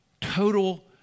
total